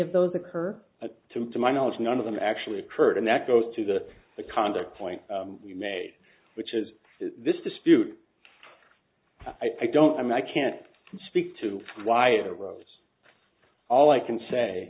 of those occur to my knowledge none of them actually occurred and that goes to the the conduct point you made which is this dispute i don't i mean i can't speak to why the roads all i can say